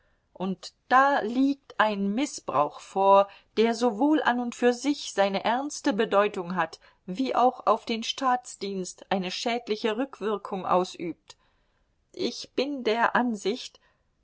und da liegt ein mißbrauch vor der sowohl an und für sich seine ernste bedeutung hat wie auch auf den staatsdienst eine schädliche rückwirkung ausübt ich bin der ansicht